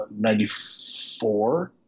94